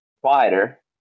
quieter